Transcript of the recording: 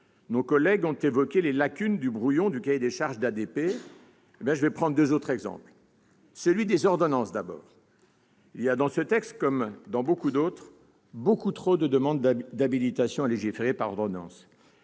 Nos collègues ont évoqué les lacunes du brouillon de cahier des charges d'ADP. Je prendrai deux autres exemples. Celui des ordonnances, tout d'abord. Il y a dans ce texte, comme dans d'autres, beaucoup trop de demandes d'habilitation à légiférer par ordonnance.